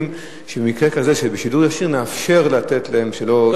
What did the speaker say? שבמקרה כזה בשידור ישיר נאפשר לתת להם שלא,